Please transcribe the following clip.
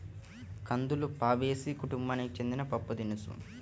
కందులు ఫాబేసి కుటుంబానికి చెందిన పప్పుదినుసు